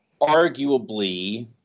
arguably